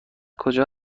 کجا